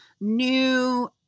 new